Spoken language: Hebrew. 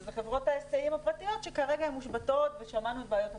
שאלה חברות ההיסעים הפרטיות שכרגע מושבתות ושמענו על בעיות הפיצויים.